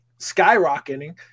skyrocketing